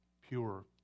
pure